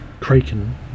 Kraken